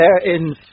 therein